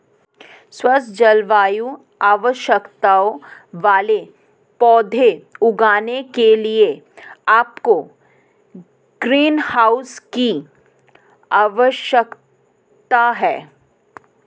सख्त जलवायु आवश्यकताओं वाले पौधे उगाने के लिए आपको ग्रीनहाउस की आवश्यकता है